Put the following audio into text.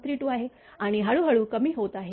32 आहे आणि हळूहळू कमी होत आहे